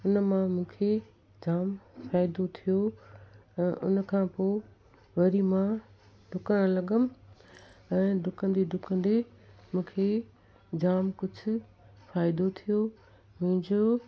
उनमां मूंखे जामु फ़ाइदो थियो ऐं उनखां पोइ वरी मां डुकणु लॻमि ऐं डुकंदे डुकंदे मूंखे जामु कुझु फ़ाइदो थियो मुंहिंजो